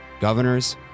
governors